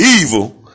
evil